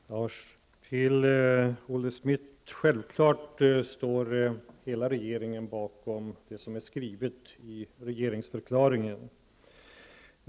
Herr talman! Först till Olle Schmidt: Självfallet står hela regeringen bakom det som står i regeringsförklaringen.